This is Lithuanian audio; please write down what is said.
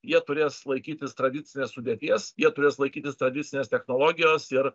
jie turės laikytis tradicinės sudėties jie turės laikytis tradicinės technologijos ir